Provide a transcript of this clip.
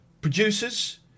producers